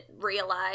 realize